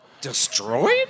Destroyed